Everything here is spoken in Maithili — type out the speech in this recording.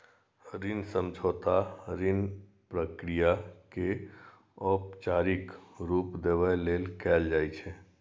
ऋण समझौता ऋण प्रक्रिया कें औपचारिक रूप देबय लेल कैल जाइ छै